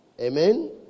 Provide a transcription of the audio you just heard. amen